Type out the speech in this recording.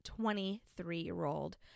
23-year-old